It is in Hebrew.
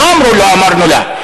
לא אמרו: לא אמרנו לה.